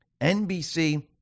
NBC